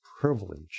privilege